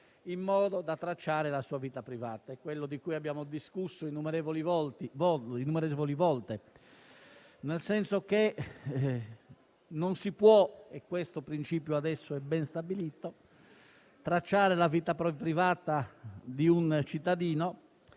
in modo da tracciare la sua vita privata. È ciò di cui abbiamo discusso innumerevoli volte. In sostanza, non si può - e questo principio adesso è ben stabilito - tracciare la vita privata di un cittadino,